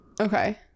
Okay